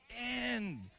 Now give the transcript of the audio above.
end